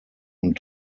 und